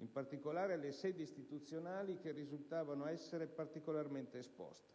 in particolare le sedi istituzionali che risultavano essere particolarmente esposte.